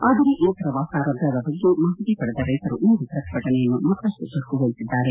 ಆದರೆ ಈ ಪ್ರವಾಸ ರದ್ದಾದ ಬಗ್ಗೆ ಮಾಹಿತಿ ಪಡೆದ ರೈತರು ಇಂದು ಪ್ರತಿಭಟನೆಯನ್ನು ಮತ್ತಪ್ಪು ಚುರುಕುಗೊಳಿಸಿದ್ದಾರೆ